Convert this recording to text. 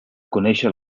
conèixer